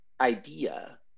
idea